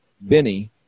Benny